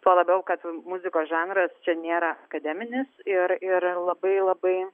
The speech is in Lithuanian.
tuo labiau kad muzikos žanras čia nėra akademinis ir ir labai labai